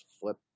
flip